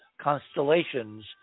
constellations